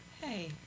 Hey